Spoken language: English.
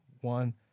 one